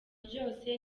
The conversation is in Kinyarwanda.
ryose